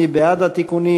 מי בעד התיקונים?